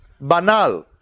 banal